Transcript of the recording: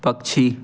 पक्षी